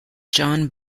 john